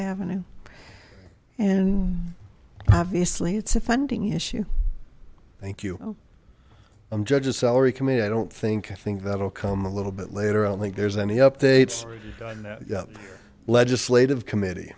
avenue and obviously it's a funding issue thank you i'm judge's salary committee i don't think i think that'll come a little bit later i don't think there's any updates legislative committe